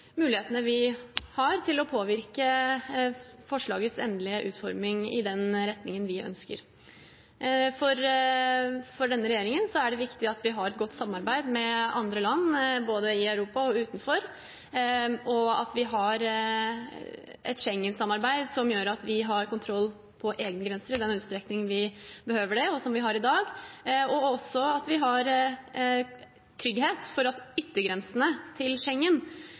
mulighetene vi har, til å påvirke forslagets endelige utforming i den retningen vi ønsker. For denne regjeringen er det viktig at vi har et godt samarbeid med andre land, både i Europa og utenfor, og at vi har et Schengen-samarbeid som gjør at vi har kontroll på egne grenser i den utstrekning vi behøver det, som vi har i dag, og også at vi har trygghet for at yttergrensene til